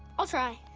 i'll try.